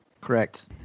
Correct